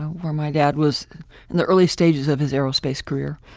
where my dad was in the early stages of his aerospace career.